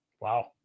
Wow